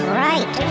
right